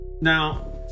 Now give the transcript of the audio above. now